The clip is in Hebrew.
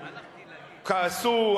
כעסו,